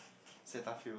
Cetaphil